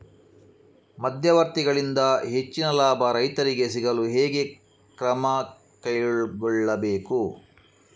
ಮಧ್ಯವರ್ತಿಗಳಿಂದ ಹೆಚ್ಚಿನ ಲಾಭ ರೈತರಿಗೆ ಸಿಗಲು ಹೇಗೆ ಕ್ರಮ ಕೈಗೊಳ್ಳಬೇಕು?